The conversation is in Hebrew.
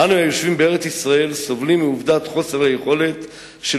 אנו היושבים בארץ-ישראל סובלים מחוסר היכולת של